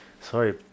sorry